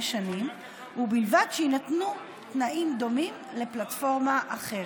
שנים ובלבד שיינתנו תנאים דומים לפלטפורמה אחרת.